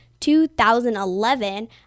2011